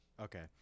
Okay